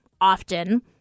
often